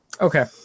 Okay